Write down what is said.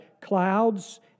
clouds